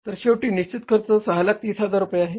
तर शेवटी निश्चित खर्च 630000 रुपये आहे